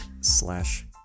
slash